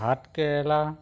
ভাত কেৰেলা